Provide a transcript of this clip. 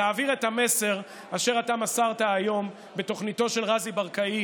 להעביר את המסר אשר אתה מסרת היום בתוכניתו של רזי ברקאי